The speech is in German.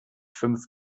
fünf